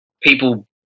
people